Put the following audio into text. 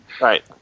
Right